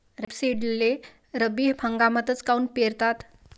रेपसीडले रब्बी हंगामामंदीच काऊन पेरतात?